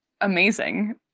amazing